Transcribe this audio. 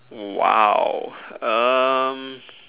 !wow! um